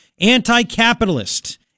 anti-capitalist